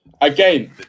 again